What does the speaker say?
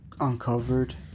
uncovered